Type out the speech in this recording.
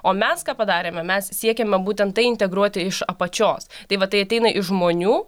o mes ką padarėme mes siekiame būtent tai integruoti iš apačios tai va tai ateina iš žmonių